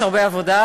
יש הרבה עבודה.